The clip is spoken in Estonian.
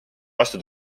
vastu